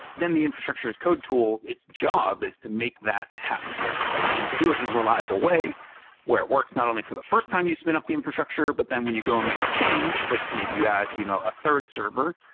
then the infrastructure as code tool, it's job is to make that happen and to do it in a reliable way where it works not only for the fi rst time you spin up the infrastructure, but then when you go and make a change, like maybe you add you know a third server.